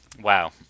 Wow